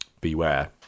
beware